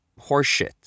horseshit